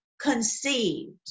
conceived